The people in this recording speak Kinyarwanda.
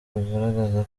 rugaragaza